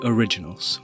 Originals